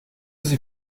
sie